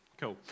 Cool